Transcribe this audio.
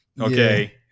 Okay